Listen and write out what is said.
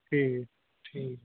ਠੀਕ ਠੀਕ